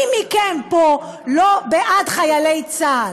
מי מכם פה לא בעד חיילי צה"ל?